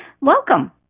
Welcome